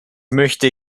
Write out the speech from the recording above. möchte